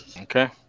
Okay